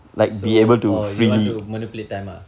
so orh you want to manipulate time ah